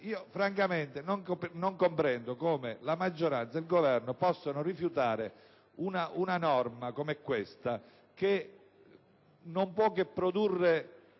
Francamente non comprendo come la maggioranza e il Governo possano rifiutare una norma come questa, che non puoche produrre